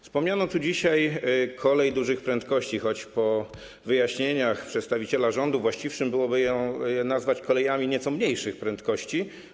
Wspomniano tu dzisiaj kolej dużych prędkości, choć po wyjaśnieniach przedstawiciela rządu należałoby to nazwać kolejami nieco mniejszych prędkości.